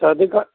शादी का